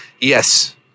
yes